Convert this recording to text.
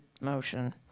motion